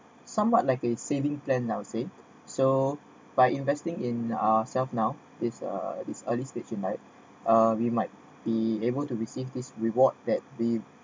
somewhat like a saving plan I would say so by investing in ah self now this uh this early stage you might uh we might be able to receive this reward that we